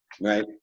right